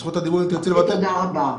אמרתי תודה רבה.